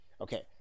Okay